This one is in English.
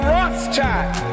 Rothschild